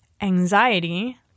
anxiety